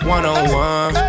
One-on-one